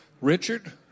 Richard